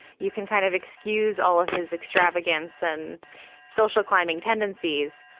you can kind of excuse all of his extravagance and social climbing tendencies.